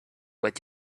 what